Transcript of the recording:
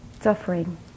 suffering